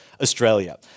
Australia